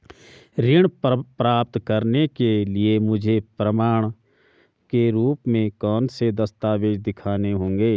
ऋण प्राप्त करने के लिए मुझे प्रमाण के रूप में कौन से दस्तावेज़ दिखाने होंगे?